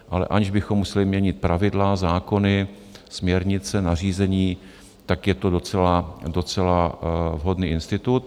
Ale aniž bychom museli měnit pravidla, zákony, směrnice, nařízení, je to docela vhodný institut.